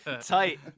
tight